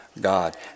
God